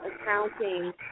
accounting